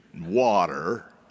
water